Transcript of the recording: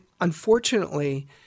unfortunately